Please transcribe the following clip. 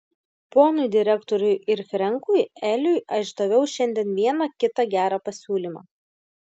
ponui direktoriui ir frenkui eliui aš daviau šiandien vieną kitą gerą pasiūlymą